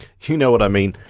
you know what i mean.